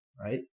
right